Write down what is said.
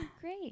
Great